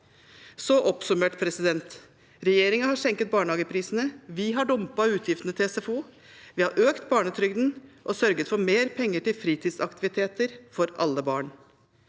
Oppsummert: Regjeringen har senket barnehageprisene, vi har dumpet utgiftene til SFO, og vi har økt barnetrygden og sørget for mer penger til fritidsaktiviteter for alle barn.